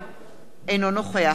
אינו נוכח חנא סוייד,